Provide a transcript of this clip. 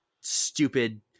stupid